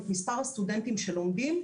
להגדיל את מספר הסטודנטים שלומדים,